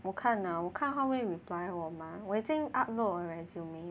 我看 lah 我看他会 reply 我吗我已经 upload 我 resume